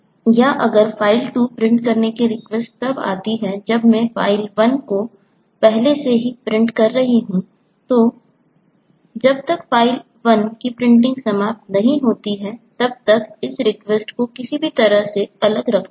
या अगर file 2 print करने की रिक्वेस्ट तब आती है जब मैं फाइल 1 पहले से ही प्रिंट कर रहा हूं तो जब तक फाइल 1 की प्रिंटिंग समाप्त नहीं होती है तब तक इस रिक्वेस्ट को किसी भी तरह से अलग रखना होगा